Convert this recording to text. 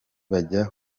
bajya